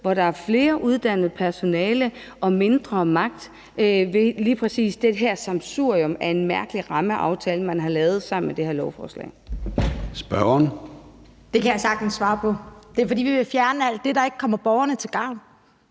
hvor der er mere uddannet personale og mindre magtanvendelse med lige præcis det her sammensurium af en mærkelig rammeaftale, man har lavet sammen med det her lovforslag? Kl. 23:31 Formanden (Søren Gade): Spørgeren. Kl. 23:31 Rosa Eriksen (M): Det kan jeg sagtens svare på: Det er, fordi vi vil fjerne alt det, der ikke kommer borgerne til gavn.